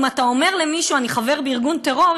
אם אתה אומר למישהו: אני חבר בארגון טרור,